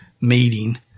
meeting